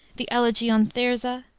the elegy on thyrza,